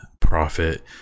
profit